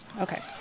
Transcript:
Okay